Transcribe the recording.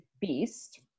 Beast